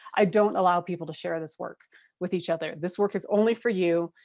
i don't allow people to share this work with each other. this work is only for you.